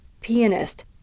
pianist